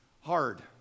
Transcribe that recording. hard